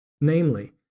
namely